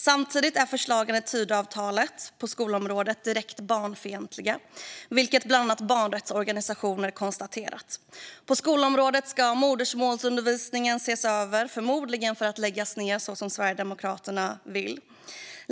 Samtidigt är förslagen i Tidöavtalet på skolområdet direkt barnfientliga, vilket bland andra barnrättsorganisationer har konstaterat. På skolområdet ska modersmålsundervisningen ses över, förmodligen för att läggas ned som Sverigedemokraterna vill.